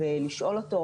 לציבור.